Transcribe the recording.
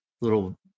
little